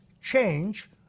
change